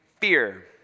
Fear